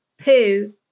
poo